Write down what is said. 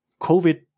COVID